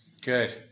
Good